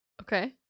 Okay